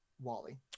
Wally